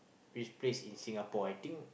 which place in Singapore I think